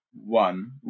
one